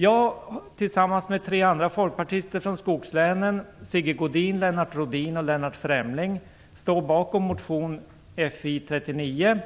Jag tillsammans med tre andra folkpartister från skogslänen, Sigge Godin, Lennart Rohdin och Lennart Fremling, står bakom motion Fi39,